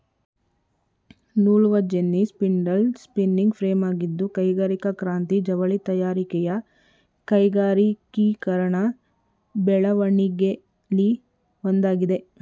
ನೂಲುವಜೆನ್ನಿ spindle spinning ಫ್ರೇಮಾಗಿದ್ದು ಕೈಗಾರಿಕಾ ಕ್ರಾಂತಿ ಜವಳಿ ತಯಾರಿಕೆಯ ಕೈಗಾರಿಕೀಕರಣ ಬೆಳವಣಿಗೆಲಿ ಒಂದಾಗಿದೆ